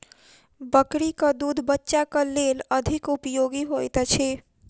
बकरीक दूध बच्चाक लेल अधिक उपयोगी होइत अछि